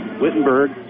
Wittenberg